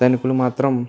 ధనికులు మాత్రం